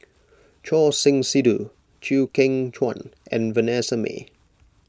Choor Singh Sidhu Chew Kheng Chuan and Vanessa Mae